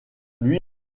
lui